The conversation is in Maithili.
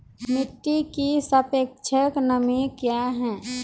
मिटी की सापेक्षिक नमी कया हैं?